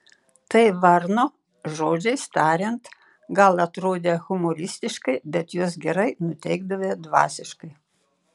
tai varno žodžiais tariant gal atrodę humoristiškai bet juos gerai nuteikdavę dvasiškai